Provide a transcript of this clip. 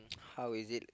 how is it